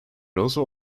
also